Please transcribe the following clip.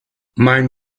mein